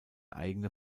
eigene